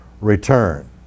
return